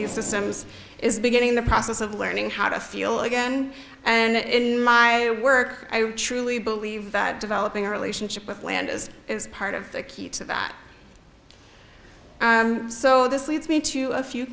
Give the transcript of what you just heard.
these systems is beginning the process of learning how to feel again and in my work i truly believe that developing a relationship with land is part of the key to that so this leads me to a few